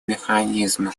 механизма